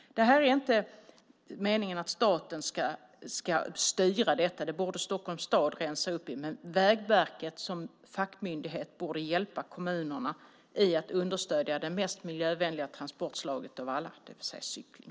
Det är inte meningen att staten ska styra detta - det borde Stockholms stad rensa upp i - men Vägverket som fackmyndighet borde hjälpa kommunerna med att understödja det mest miljövänliga transportslaget av alla, det vill säga cykling.